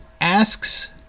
asks